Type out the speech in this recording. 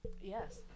Yes